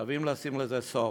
חייבים לשים לזה סוף.